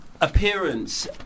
appearance